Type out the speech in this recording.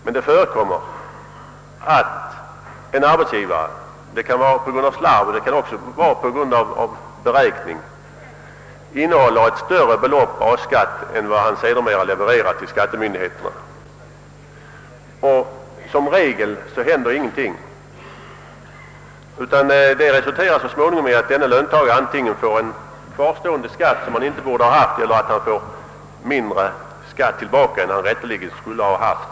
Men det förekommer ändå att en arbetsgivare av slarv eiler med beräkning innehåller ett större skattebelopp än vad han sedermera l1evererar till skattemyndigheterna. Som regel händer ingenting annat än att löntagaren så småningom antingen får en kvarstående skatt som han inte borde ha fått eller mindre skatt tillbaka än han rätteligen skulle ha haft.